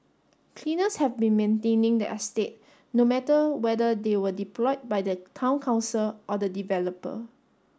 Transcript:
cleaners have been maintaining the estate no matter whether they were deployed by the Town Council or the developer